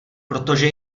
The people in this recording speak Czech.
protože